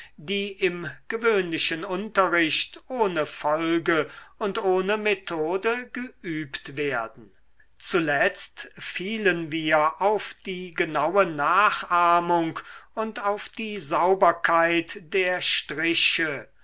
die im gewöhnlichen unterricht ohne folge und ohne methode geübt werden zuletzt fielen wir auf die genaue nachahmung und auf die sauberkeit der striche